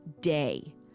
day